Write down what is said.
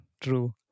true